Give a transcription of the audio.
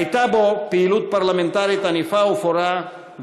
הייתה בו פעילות פרלמנטרית ענפה ופורה,